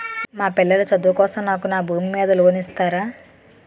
మా పిల్లల చదువు కోసం నాకు నా భూమి మీద లోన్ ఇస్తారా?